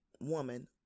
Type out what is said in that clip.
woman